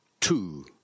Two